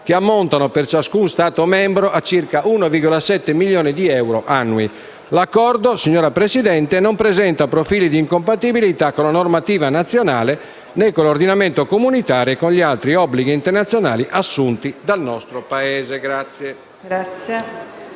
(che ammontano, per ciascuno Stato membro, a circa 1,7 milioni di euro annui). L'Accordo, signora Presidente, non presenta profili di incompatibilità con la normativa nazionale, né con l'ordinamento comunitario e con gli altri obblighi internazionali assunti dal nostro Paese.